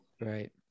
Right